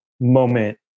moment